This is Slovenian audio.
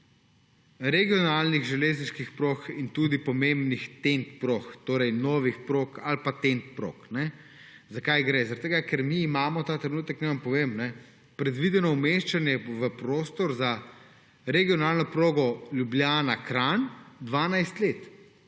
regionalnih železniških prog in tudi pomembnih **ten-t** prog, torej novih prog ali **ten-t** prog. Za kaj gre? Zaradi tega, ker mi imamo ta trenutek, naj vam povem, predvideno umeščanje v prostor za regionalno progo Ljubljana–Kranj 12 let.